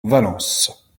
valence